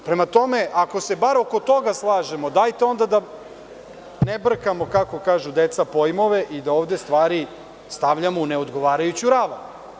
Ako se bar oko toga slažemo, dajte onda da ne brkamo, kako kažu deca, pojmove i da ovde stvari stavljamo u neodgovarajuću ravan.